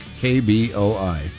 KBOI